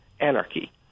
anarchy